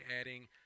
adding